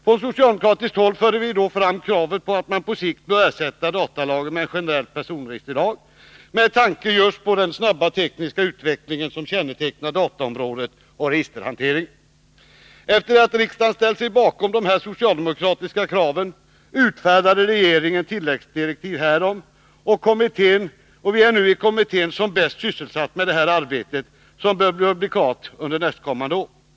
Från socialdemokratiskt håll förde vi då fram kravet att man på sikt skulle ersätta datalagen med en generell personregisterlag, med tanke på just den snabba tekniska utveckling som kännetecknar dataområdet och registerhanteringen. Efter det att riksdagen ställt sig bakom dessa socialdemokratiska krav utfärdade regeringen tilläggsdirektiv härom. Vi är nu i kommittén som bäst sysselsatta med detta arbete, som bör bli klart under nästkommande år. Herr talman!